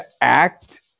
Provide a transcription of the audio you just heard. act